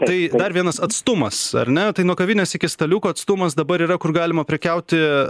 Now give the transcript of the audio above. tai dar vienas atstumas ar ne tai nuo kavinės iki staliuko atstumas dabar yra kur galima prekiauti